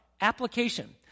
Application